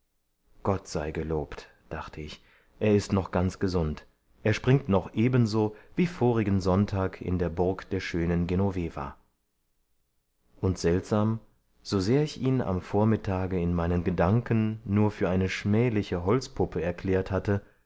gott sei gelobt dachte ich er ist noch ganz gesund er springt noch ebenso wie vorigen sonntag in der burg der schönen genoveva und seltsam sosehr ich ihn am vormittage in meinen gedanken nur für eine schmähliche holzpuppe erklärt hatte